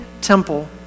temple